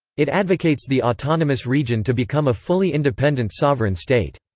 it advocates the autonomous region to become a fully independent sovereign state.